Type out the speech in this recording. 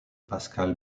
pascal